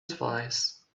advice